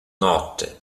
notte